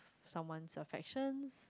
someone affection